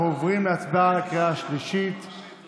שני לוחמי